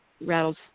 rattles